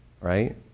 right